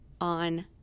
on